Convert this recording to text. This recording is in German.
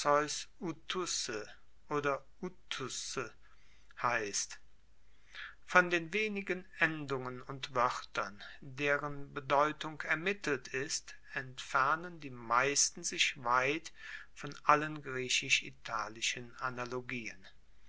heisst von den wenigen endungen und woertern deren bedeutung ermittelt ist entfernen die meisten sich weit von allen griechisch italischen analogien